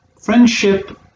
Friendship